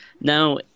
Now